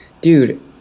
Dude